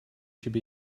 should